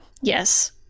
Yes